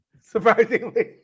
Surprisingly